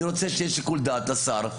אני רוצה שיהיה שיקול דעת לשר,